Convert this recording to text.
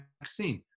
vaccine